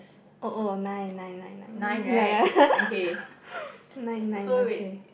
oh oh nine nine nine nine nine ya ya nine nine okay